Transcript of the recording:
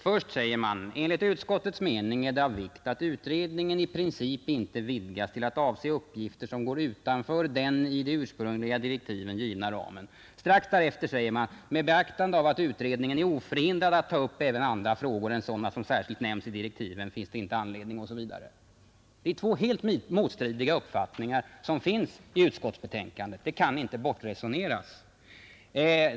Först säger man: ”Enligt utskottets mening är det av vikt att utredningen i princip inte vidgas till att avse uppgifter som går utanför den i de ursprungliga direktiven givna ramen.” Strax därefter säger man: ”Med beaktande av att utredningen är oförhindrad att ta upp även andra frågor än sådana som särskilt nämns i direktiven finns det inte heller anledning ———.” Det är två helt motstridiga uppfattningar som finns i utskottsbetänkandet — det kan inte bortresoneras.